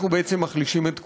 אנחנו בעצם מחלישים את כולנו.